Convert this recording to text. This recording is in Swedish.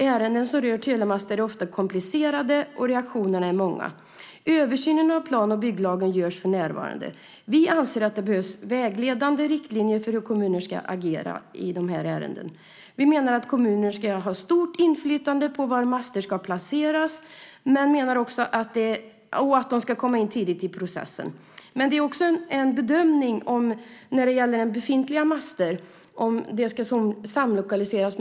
Ärenden som rör telemaster är ofta komplicerade, och reaktionerna är många. Översyn av plan och bygglagen görs för närvarande. Vi anser att det behövs vägledande riktlinjer för hur kommuner ska agera i de här ärendena. Vi menar att kommuner ska ha stort inflytande på var master ska placeras och att de ska komma in tidigt i processen. Men det är också fråga om en bedömning när det gäller om befintliga master ska samlokaliseras.